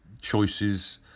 choices